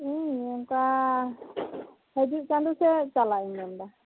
ᱤᱧ ᱚᱱᱠᱟ ᱦᱤᱡᱩᱜ ᱪᱟᱸᱫᱳ ᱥᱮᱫ ᱪᱟᱞᱟᱜ ᱤᱧ ᱢᱮᱱᱫᱟ